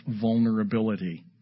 vulnerability